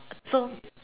so